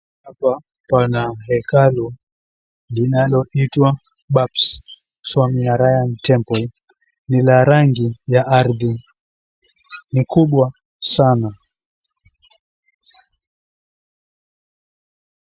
Hapa pana hekalu linaloitwa Bakshi Swam Rayan Temple . Ni la rangi ya ardhi ni kubwa sana.